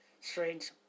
Strange